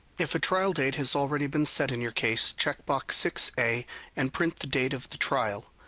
if a trial date has already been set in your case, check box six a and print the date of the trial.